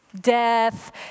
death